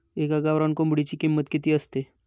एका गावरान कोंबडीची किंमत किती असते?